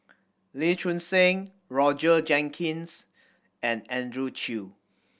Lee Choon Seng Roger Jenkins and Andrew Chew